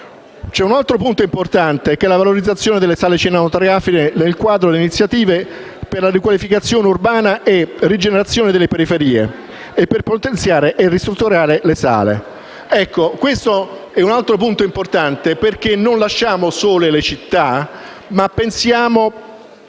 Un altro punto importante è la valorizzazione delle sale cinematografiche nel quadro delle iniziative per la riqualificazione urbana e la rigenerazione delle periferie e per potenziare e ristrutturare le sale. Questo è un altro punto importante, perché noi non lasciamo sole le città ma pensiamo